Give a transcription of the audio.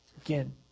Again